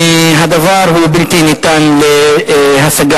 הדבר הוא בלתי ניתן להשגה.